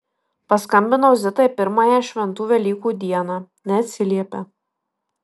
paskambinau zitai pirmąją šventų velykų dieną neatsiliepia